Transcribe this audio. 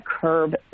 curb